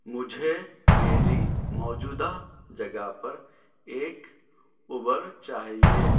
مجھے میری موجودہ جگہ پر ایک اوبر چاہیے